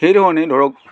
সেই ধৰণেই ধৰক